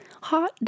hot